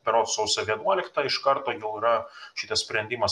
berods sausio vienuoliktą iš karto jau yra šitas sprendimas